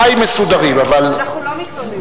אנחנו לא מתלוננים.